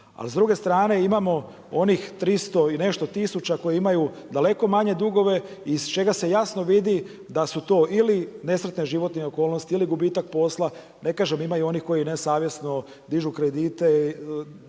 A s druge strane imamo onih 300 i nešto tisuća koji imaju daleko manje dugove i iz čega se jasno vidi da su to ili nesretne životne okolnosti ili gubitak posla. Ne kažem, ima i onih koji nesavjesno dižu kredite